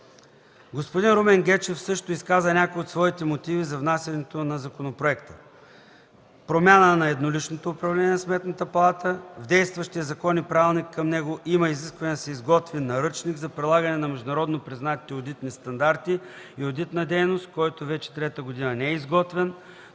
Господин Румен Гечев също изказа някои от своите мотиви за внасянето на законопроекта: - промяна на едноличното управление на Сметната палата; - в действащия закон и правилника към него има изискване да се изготви Наръчник за прилагане на международно признатите одитни стандарти и одитна дейност, който вече трета година не е изготвен.